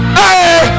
hey